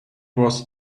was